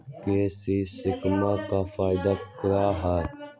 KCC scheme का फायदा क्या है?